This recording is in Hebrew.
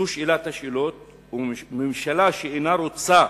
זו שאלת השאלות, וממשלה שאינה רוצה